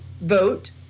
vote